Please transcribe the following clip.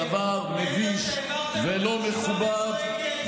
דבר מביש ולא מכובד.